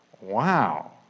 Wow